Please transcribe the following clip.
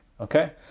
okay